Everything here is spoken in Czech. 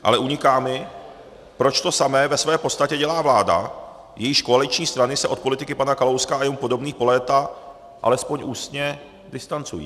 Ale uniká mi, proč to samé ve své podstatě dělá vláda, jejíž koaliční strany se od politiky pana Kalouska a jemu podobných po léta alespoň ústně distancují.